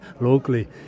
locally